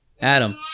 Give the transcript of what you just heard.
Adam